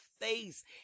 face